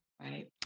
Right